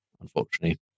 unfortunately